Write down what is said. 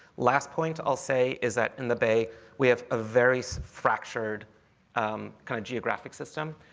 last point i'll say is that in the bay we have a very so fractured um kind of geographic system.